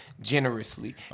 generously